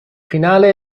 finale